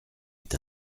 est